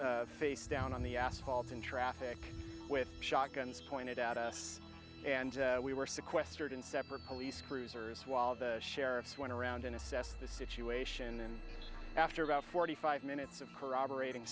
know face down on the asphalt in traffic with shotguns pointed at us and we were sequestered in separate police cruisers while the sheriffs went around and assess the situation and after about forty five minutes of corroborat